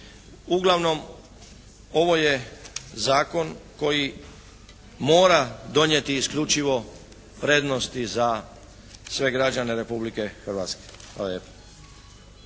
Uglavnom ovo je zakon koji mora donijeti isključivo prednosti za sve građane Republike Hrvatske.